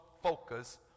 focus